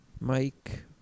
Mike